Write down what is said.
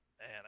man